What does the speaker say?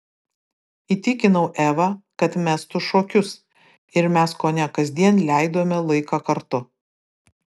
įtikinau evą kad mestų šokius ir mes kone kasdien leidome laiką kartu